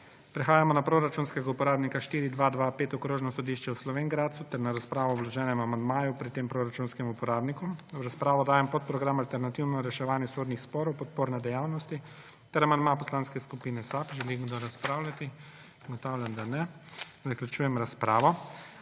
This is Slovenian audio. Prehajamo na proračunskega uporabnika 4225 Okrožno sodišče v Slovenj Gradcu ter na razpravo o vloženem amandmaju pri tem proračunskem uporabniku. V razpravo dajem podprogram Alternativno reševanje sodnih sporov – podporne dejavnosti ter amandma Poslanske skupine SAB. Želi kdo razpravljati? Ugotavljam, da ne.